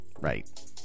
right